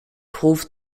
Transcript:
ruft